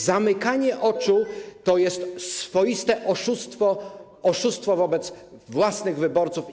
Zamykanie oczu to jest swoiste oszustwo, oszustwo wobec własnych wyborców.